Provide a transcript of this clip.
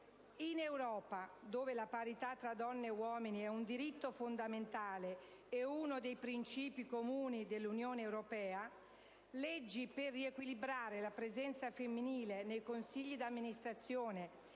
In Europa, dove la parità tra donne e uomini è un diritto fondamentale e uno dei principi comuni dell'Unione europea, leggi per riequilibrare la presenza femminile nei consigli d'amministrazione